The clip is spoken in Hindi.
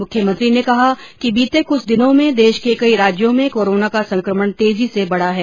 मुख्यमंत्री ने कहा कि बीते कुछ दिनों में देश के कई राज्यों में कोरोना का संक्रमण तेजी से बढ़ा है